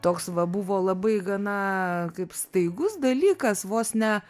toks va buvo labai gana kaip staigus dalykas vos ne